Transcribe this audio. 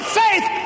faith